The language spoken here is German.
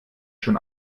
schon